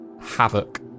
Havoc